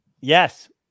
Yes